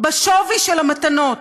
בשווי של המתנות.